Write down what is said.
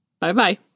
Bye-bye